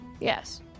Yes